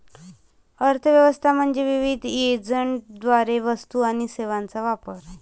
अर्थ व्यवस्था म्हणजे विविध एजंटद्वारे वस्तू आणि सेवांचा वापर